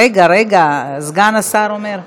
רגע, רגע, סגן השר אומר,